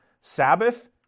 Sabbath